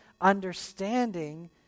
understanding